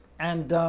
and